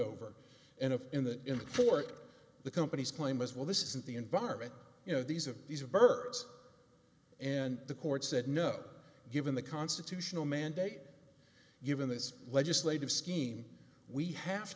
if in the in the fork of the company's claim as well this isn't the environment you know these are these are birds and the court said no given the constitutional mandate given this legislative scheme we have